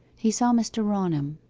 he saw mr. raunham.